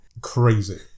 Crazy